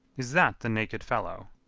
is that the naked fellow?